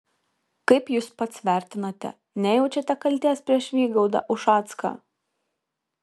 kaip jūs pats vertinate nejaučiate kaltės prieš vygaudą ušacką